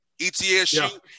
ETSU